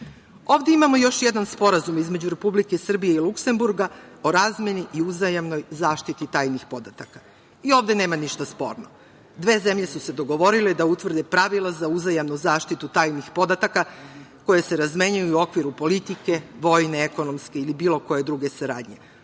imamo još jedan sporazum, između Republike Srbije i Luksemburga o razmeni i uzajamnoj zaštiti tajnih podataka, i ovde nema ništa sporno. Dve zemlje su se dogovorile da utvrde pravila za uzajamnu zaštitu tajnih podataka koje se razmenjuju u okviru politike, vojne, ekonomske ili bilo koje druge saradnje,